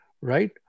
right